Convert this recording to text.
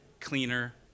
cleaner